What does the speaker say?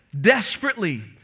desperately